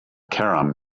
cairum